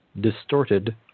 distorted